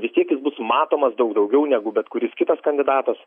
vis tiek jis bus matomas daug daugiau negu bet kuris kitas kandidatas